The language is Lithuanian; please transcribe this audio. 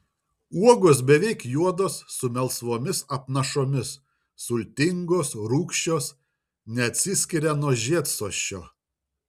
uogos beveik juodos su melsvomis apnašomis sultingos rūgščios neatsiskiria nuo žiedsosčio